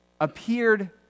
appeared